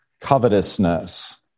covetousness